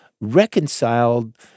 reconciled